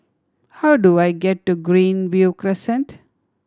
how do I get to Greenview Crescent